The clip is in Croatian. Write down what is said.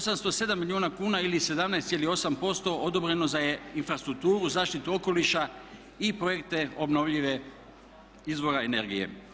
807 milijuna kuna ili 17,8% odobreno za infrastrukturu, zaštitu okoliša i projekte obnovljive izvora energije.